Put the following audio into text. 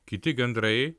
kiti gandrai